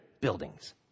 buildings